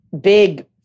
big